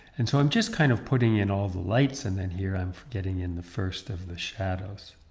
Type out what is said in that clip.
and so i'm just kind of putting in all the lights and then here i'm getting in the first of the shadows.